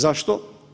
Zašto?